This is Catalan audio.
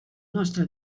nostre